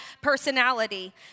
personality